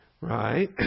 Right